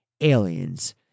Aliens